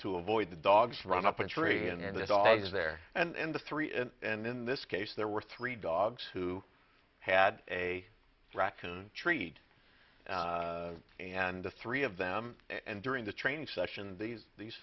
avoid the dogs run up and three and the dogs there and the three and in this case there were three dogs who had a raccoon treat and the three of them and during the training session these these